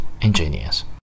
ingenious